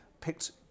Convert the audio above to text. picked